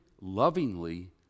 lovingly